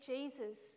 Jesus